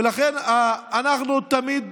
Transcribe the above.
ולכן, אנחנו תמיד